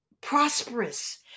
prosperous